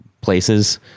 places